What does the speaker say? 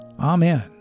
Amen